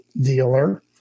dealer